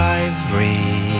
ivory